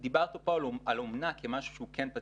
דיברנו פה על אומנה שהוא משהו פתוח,